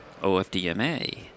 OFDMA